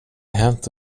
hänt